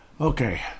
Okay